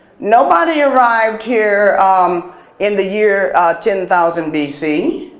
nobody arrived here um in the year ten thousand bc.